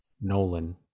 nolan